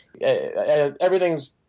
Everything's